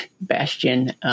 bastion